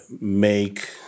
make